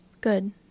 Good